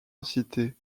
inciter